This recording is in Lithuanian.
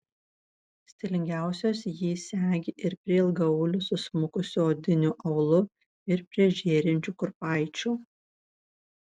stilingiausios jį segi ir prie ilgaaulių susmukusiu odiniu aulu ir prie žėrinčių kurpaičių